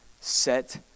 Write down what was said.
Set